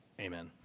amen